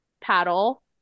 paddle